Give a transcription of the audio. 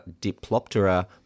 Diploptera